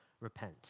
repent